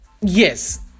Yes